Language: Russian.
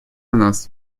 нас